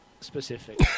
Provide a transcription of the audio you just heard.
specific